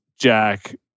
Jack